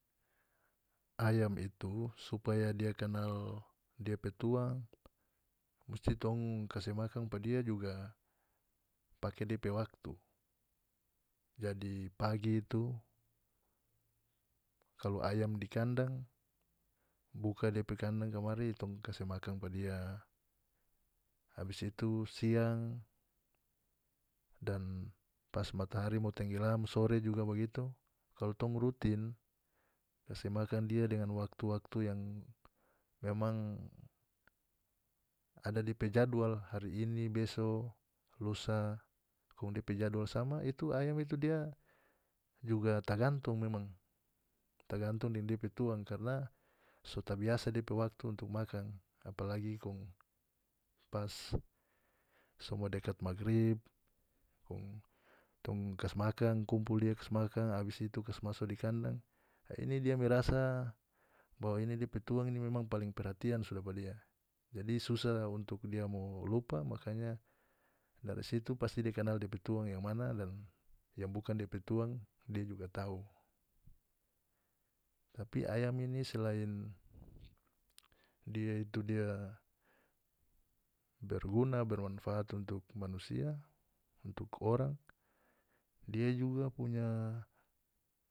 Ayam itu supaya dia kanal depe tuang musti tong kase makan pa dia juga pake depe waktu jadi pagi itu kalu ayam di kandang buka depe kandang kamari tong kase makan pe dia abis itu siang dan pas matahari mo tenggelam sore juga bagitu kalu tong rutin kase makan dia dengan waktu-waktu yang memang ada depe jadwal hari ini beso lusa kong depe jadwal sama itu ayam itu dia juga tagantong memang tagantong deng dia pe tuang karna so tabiasa depe waktu untuk makan apalagi kong pas somo dekat magrib kong tong kas makan kumpul dia kas makan abis itu kas maso di kandang a ini dia merasa bahwa ini dia pe tuang ini memang paling perhatian sudah pa dia jadi susah untuk dia untuk mo lupa makanya dari situ pasti dia kanal depe tuang yang mana dan yang bukan depe tuang dia juga tau tapi ayam ini selai dia itu dia berguna bermanfaat untuk manusia untuk orang dia juga punya.